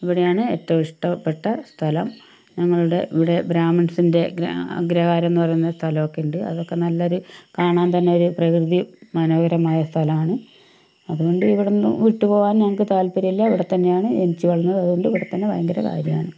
ഇവിടെയാണ് ഏറ്റവും ഇഷ്ടപെട്ട സ്ഥലം ഞങ്ങളുടെ ഇവിടെ ബ്രാഹ്മിൺസിന്റെ അഗ്രഹാരം എന്നു പറയുന്ന സ്ഥലമൊക്കെയുണ്ട് അതൊക്കെ നല്ലൊരു കാണാൻ തന്നെ ഒരു പ്രകൃതി മനോഹരമായ സ്ഥലമാണ് അതുകൊണ്ടിവിടുന്നു വിട്ടുപോകാൻ ഞങ്ങൾക്ക് താത്പര്യമില്ല ഇവിടെത്തന്നെയാണ് ജനിച്ച് വളർന്നത് അതുകൊണ്ടിവിടെ തന്നെ ഭയങ്കര കാര്യമാണ്